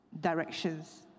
directions